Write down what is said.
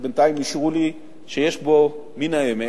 בינתיים אישרו לי שיש בו מן האמת,